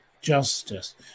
justice